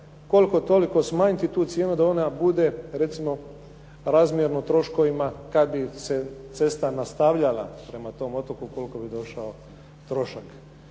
koliko-toliko smanjiti tu cijenu da ona bude recimo razmjerno troškovima kada bi se cesta nastavljala prema tom otoku koliko bi došao trošak